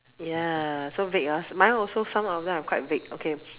ya so vague hor mine also some of them are quite vague okay